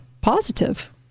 positive